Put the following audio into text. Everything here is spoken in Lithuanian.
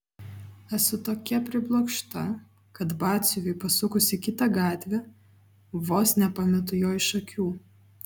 esu tokia priblokšta kad batsiuviui pasukus į kitą gatvę vos nepametu jo iš akių